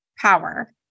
power